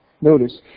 Notice